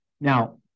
Now